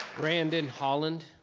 brandon holland,